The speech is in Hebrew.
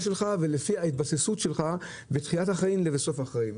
שלך ולפי ההתבססות שלך בתחילת החיים ובסוף החיים.